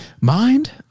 Mind